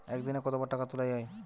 একদিনে কতবার টাকা তোলা য়ায়?